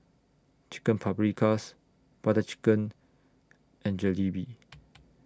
Chicken Paprikas Butter Chicken and Jalebi